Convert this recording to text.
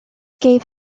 gave